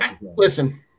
listen